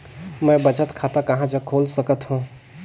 मैं बचत खाता कहां जग खोल सकत हों?